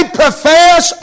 profess